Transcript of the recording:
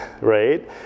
right